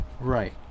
Right